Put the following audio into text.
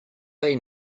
they